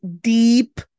deep